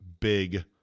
big